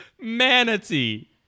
manatee